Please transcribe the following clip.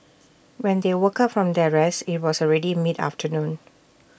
when they woke up from their rest IT was already mid afternoon